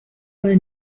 were